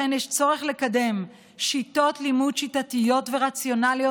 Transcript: לכן יש צורך לקדם שיטות לימוד שיטתיות ורציונליות